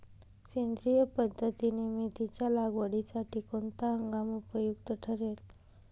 सेंद्रिय पद्धतीने मेथीच्या लागवडीसाठी कोणता हंगाम उपयुक्त ठरेल?